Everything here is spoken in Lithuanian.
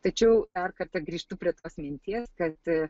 tačiau dar kartą grįžtu prie tos minties kad